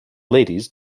ladies